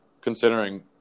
Considering